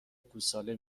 گوساله